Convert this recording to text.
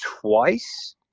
twice